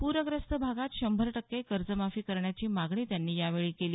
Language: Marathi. पूरग्रस्त भागात शंभर टक्के कर्जमाफी करण्याची मागणी त्यांनी यावेळी केली